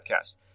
podcast